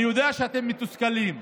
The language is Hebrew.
אני יודע שאתם מתוסכלים,